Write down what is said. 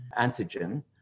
antigen